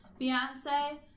Beyonce